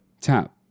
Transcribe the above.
Tap